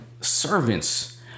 servants